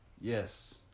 Yes